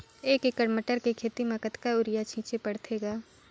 एक एकड़ मटर के खेती म कतका युरिया छीचे पढ़थे ग?